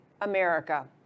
America